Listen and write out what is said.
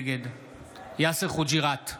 נגד יאסר חוג'יראת,